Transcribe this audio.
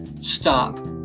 Stop